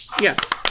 Yes